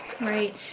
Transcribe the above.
Right